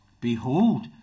Behold